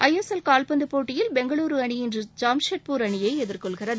ISL கால்பந்துப் போட்டியில் பெங்களுரு அணி இன்று ஜாம்ஷெட்பூர் அணியை எதிர்ஷெள்கிறது